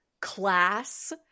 class